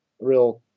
real